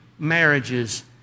marriages